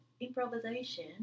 improvisation